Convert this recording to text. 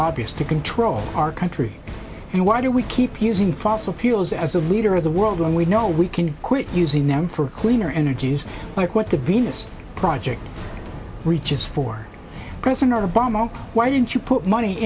lobbyists to control our country and why do we keep using fossil fuels as a leader of the world when we know we can quit using them for cleaner energies like what the venus project we just for president obama why didn't you put money